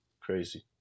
Crazy